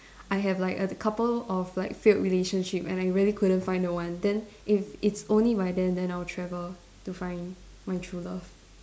I have like a couple of like failed relationship and I really couldn't find the one then if it's only by then then I'll travel to find my true love